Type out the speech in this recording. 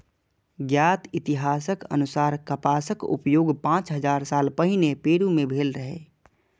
ज्ञात इतिहासक अनुसार कपासक उपयोग पांच हजार साल पहिने पेरु मे भेल रहै